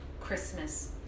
Christmas